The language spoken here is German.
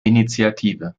initiative